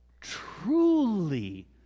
Truly